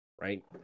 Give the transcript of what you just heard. right